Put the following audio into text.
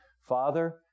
Father